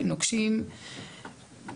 נוקשים,